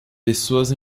pessoas